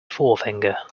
forefinger